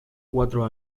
cuatro